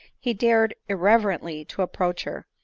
he dared irreverently to approach her,